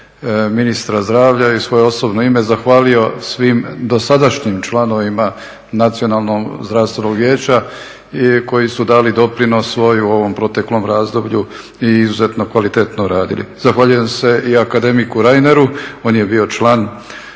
ministra zdravlja i svoje osobno ime zahvalio svim dosadašnjim članovima Nacionalno zdravstvenog vijeća i koji su dali doprinos svoj u ovom proteklom razdoblju i izuzetno kvalitetno radili. Zahvaljujem se i akademiku Reineru, on je bio član